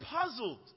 puzzled